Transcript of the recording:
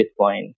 Bitcoin